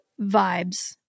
vibes